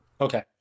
Okay